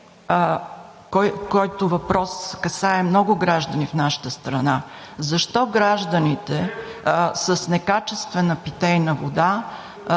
който касае много граждани в нашата страна, е: защо гражданите с некачествена питейна вода